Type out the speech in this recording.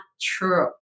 true